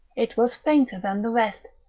it was fainter than the rest,